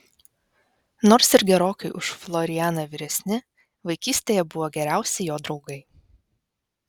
nors ir gerokai už florianą vyresni vaikystėje buvo geriausi jo draugai